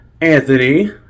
Anthony